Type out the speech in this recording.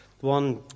one